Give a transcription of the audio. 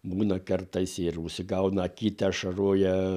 būna kartais ir užsigauna akytę ašaroja